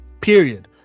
Period